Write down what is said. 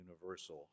universal